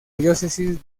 diócesis